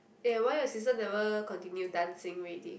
eh why your sister never continue dancing already